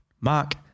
Mark